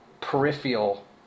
peripheral